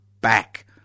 back